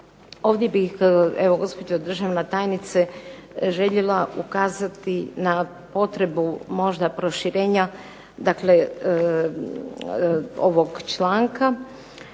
ovdje bih evo gospođo državna tajnice željela ukazati na potrebu možda proširenja, dakle ovog članka.